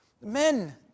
Men